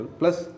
plus